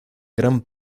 gran